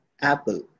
apple